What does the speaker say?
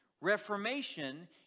Reformation